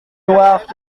noirs